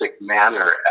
manner